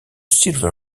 silver